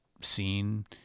scene